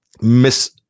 miss